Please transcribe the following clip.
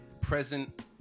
present